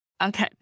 Okay